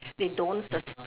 they don't sus~